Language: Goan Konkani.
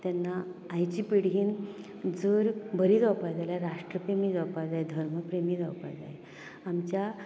तेन्ना आयची पिडीन जर बरी जावपाक जाय जाल्यार राष्ट्र प्रेमी जावपाक जाय धर्म प्रेमी जावपाक जाय आमच्या